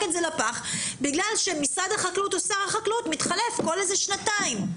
את זה לפח בגלל ששר החקלאות מתחלף כל שנתיים.